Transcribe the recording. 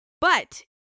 But-